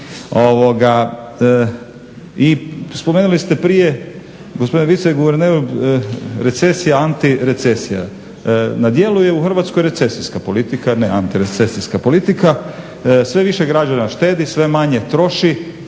I spomenuli ste prije gospodine viceguverneru recesija, antirecesija. Na djelu je u Hrvatskoj recesijska politika, ne antirecesijska politika. Sve više građana štedi, sve manje troši.